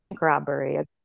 robbery